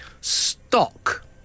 Stock